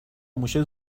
موشه